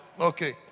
Okay